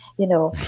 you know?